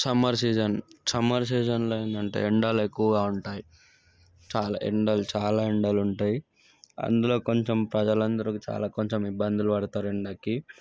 summer season summer సీజన్లో ఏంటంటే ఎండలు ఎక్కువగా ఉంటాయి చాలా ఎండలు చాలా ఎండలు ఉంటాయి అందులో కొంచెం ప్రజలు అందరు చాలా కొంచెం ఇబ్బందులు పడతారు ఎండకి